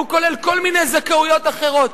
הוא כולל כל מיני זכאויות אחרות.